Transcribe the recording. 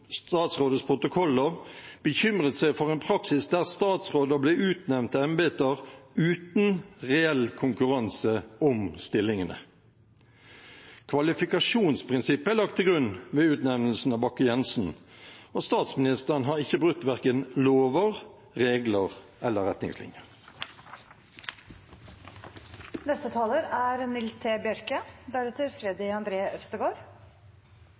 statsrådets protokoller, bekymret seg for en praksis der statsråder ble utnevnt til embeter uten reell konkurranse om stillingene. Kvalifikasjonsprinsippet er lagt til grunn ved utnevnelsen av Bakke-Jensen, og statsministeren har ikke brutt verken lover, regler eller